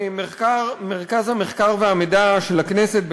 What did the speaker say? מרכז המחקר והמידע של הכנסת אומר,